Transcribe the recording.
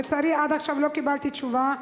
לצערי, עד עכשיו לא קיבלתי תשובה.